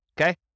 Okay